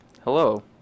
Hello